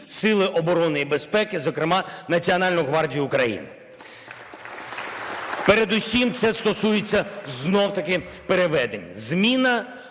сили оборони і безпеки, зокрема, Національну гвардію України. Передусім це стосується знов-таки переведень. Зміна